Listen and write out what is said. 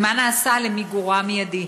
2. מה נעשה לשם מיגורה המיידי?